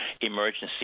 emergency